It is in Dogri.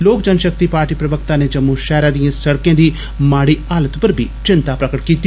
लोक जनषक्ति पार्टी प्रवक्ता नै जम्मू षैहरा दिएं सड़कें दी माड़ी हालत पर बी चिन्ता प्रगट कीती